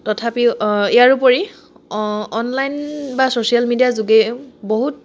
তথাপিও ইয়াৰপৰি অনলাইন বা ছ'চিয়েল মিডিয়াৰ যোগে বহুত